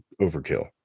overkill